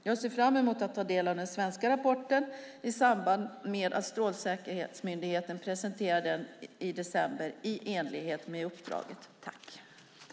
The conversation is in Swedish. Jag ser fram emot att ta del av den svenska rapporten i samband med att Strålsäkerhetsmyndigheten presenterar den i december i enlighet med uppdraget.